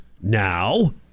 now